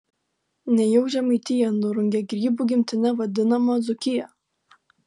nejau žemaitija nurungė grybų gimtine vadinamą dzūkiją